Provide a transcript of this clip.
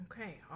okay